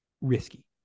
risky